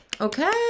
okay